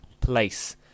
place